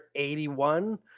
81